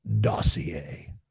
dossier